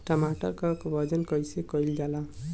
टमाटर क वजन कईसे कईल जाला?